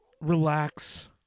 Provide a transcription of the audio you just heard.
relax